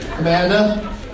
Amanda